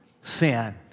sin